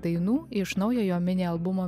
dainų iš naujojo mini albumo